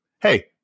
Hey